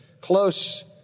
close